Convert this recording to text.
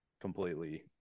completely